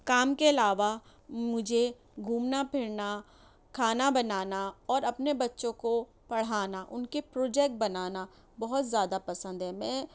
کام کے علاوہ مجھے گھومنا پھرنا کھانا بنانا اور اپنے بچوں کو پڑھانا ان کے پروجیکٹ بنانا بہت زیادہ پسند ہے میں